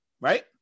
right